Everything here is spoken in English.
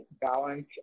balance